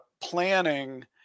planning